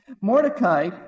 Mordecai